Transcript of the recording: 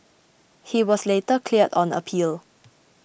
he was later cleared on appeal